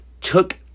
took